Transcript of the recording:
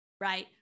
right